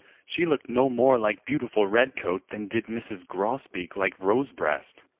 she looked no more like beautiful redcoat than did mrs. grosbeak like rosebreast.